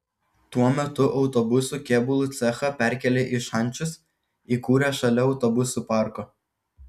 tuo metu autobusų kėbulų cechą perkėlė į šančius įkūrė šalia autobusų parko